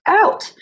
out